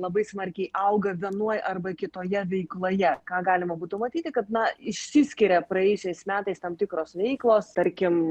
labai smarkiai auga vienoj arba kitoje veikloje ką galima būtų matyti kad na išsiskiria praėjusiais metais tam tikros veiklos tarkim